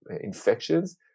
infections